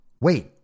Wait